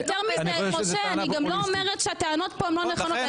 אני לא אומרת שהטענות כאן לא נכונות.